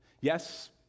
Yes